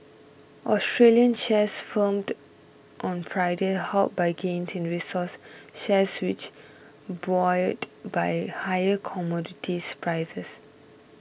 Australian shares firmed on Friday helped by gains in resources shares which were buoyed by higher commodities prices